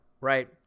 right